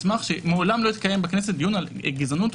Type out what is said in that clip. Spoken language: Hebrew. מעולם לא התקיים בכנסת דיון על גזענות,